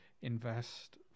invest